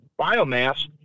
biomass